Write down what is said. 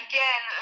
Again